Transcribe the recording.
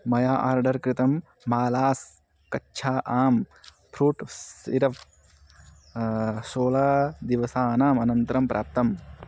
मया आर्डर् कृतं मालास् कच्छा आम् फ्रूट् सिरप् सोला दिवसानाम् अनन्तरं प्राप्तम्